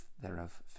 thereof